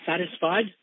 satisfied